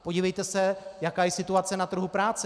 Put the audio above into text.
Podívejte se, jaká je situace na trhu práce.